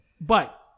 But-